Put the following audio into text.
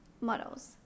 models